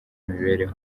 imibereho